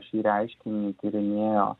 šį reiškinį tyrinėjo